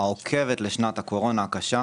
העוקבת לשנת הקורונה הקשה,